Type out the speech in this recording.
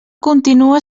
continua